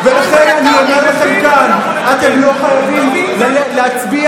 ולכן אני אומר לחלקם: אתם לא חייבים להצביע